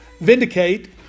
vindicate